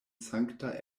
sankta